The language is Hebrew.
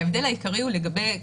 ההבדל העיקרי הוא לגבי,